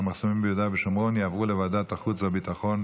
המחסומים ביהודה ושומרון לוועדת החוץ והביטחון?